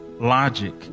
logic